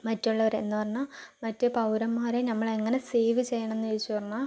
മറ്റുള്ളവർ എന്ന് പറഞ്ഞാൽ മറ്റ് പൗരന്മാരെ നമ്മൾ എങ്ങനെ സേവ് ചെയ്യണം എന്ന് ചോദിച്ച് പറഞ്ഞാൽ